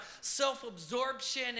self-absorption